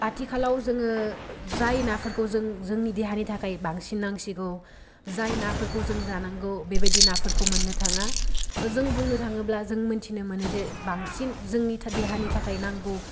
आथिखालाव जोङो जाय नाफोरखौ जों जांनि देहानि थाखाय बांसिन नांसिनगौ जाय नाफोरखौ जों जानांगौ बेबायदि नाफोरखौ मोननो थाङा जों बुंनो थाङोब्ला जों मिन्थिनो मोनो जे बांसिन जोंनि देहानि थाखाय नांगौ